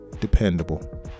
dependable